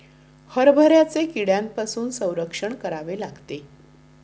हरभऱ्याचे कीड्यांपासून संरक्षण करावे लागते